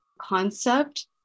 concept